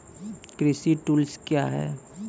कृषि टुल्स क्या हैं?